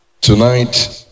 Tonight